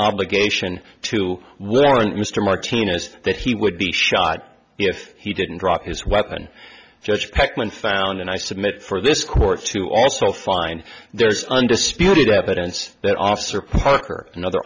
obligation to with orange mr martinez that he would be shot if he didn't drop his weapon first peckman found and i submit for this court to also find there's undisputed evidence that officer parker another